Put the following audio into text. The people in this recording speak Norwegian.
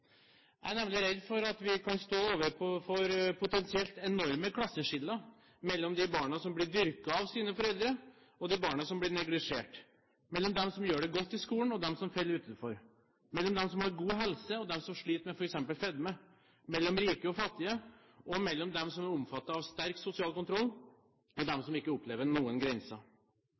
Jeg er nemlig redd for at vi kan stå overfor potensielt enorme klasseskiller mellom de barna som blir dyrket av sine foreldre og de barna som blir neglisjert, mellom dem som gjør det godt i skolen og dem som faller utenfor, mellom dem som har god helse og dem som sliter med f.eks. fedme, mellom rike og fattige, og mellom dem som er omfattet av sterk sosial kontroll og dem som ikke opplever noen grenser.